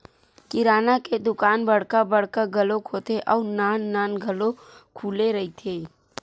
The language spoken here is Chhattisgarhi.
किराना के दुकान बड़का बड़का घलो होथे अउ नान नान घलो खुले रहिथे